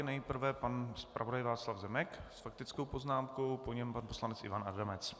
Za prvé pan zpravodaj Václav Zemek s faktickou poznámkou, po něm pan poslanec Ivan Adamec.